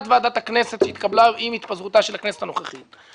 ועדת הכנסת שהתקבלה עם התפזרותה של הכנסת הנוכחית.